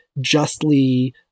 justly